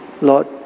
Lord